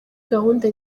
gahunda